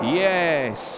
yes